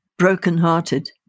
Brokenhearted